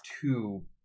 two